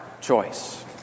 choice